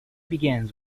begins